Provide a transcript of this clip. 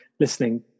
listening